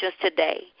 today